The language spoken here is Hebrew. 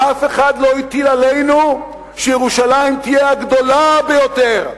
ואף אחד לא הטיל עלינו שירושלים תהיה הגדולה ביותר,